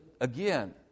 again